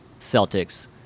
Celtics